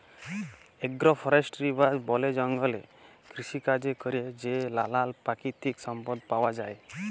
agro forestry বা বলে জঙ্গলে কৃষিকাজে ক্যরে যে লালাল পাকিতিক সম্পদ পাউয়া যায়